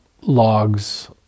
logs